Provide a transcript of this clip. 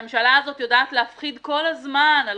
הממשלה הזאת יודעת להפחיד כל הזמן על